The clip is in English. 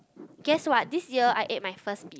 guess what this year I ate my first